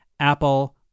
Apple